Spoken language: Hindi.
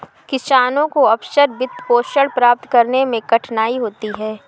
किसानों को अक्सर वित्तपोषण प्राप्त करने में कठिनाई होती है